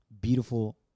beautiful